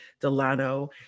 Delano